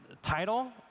Title